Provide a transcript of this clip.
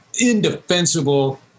indefensible